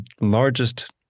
largest